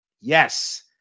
Yes